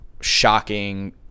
shocking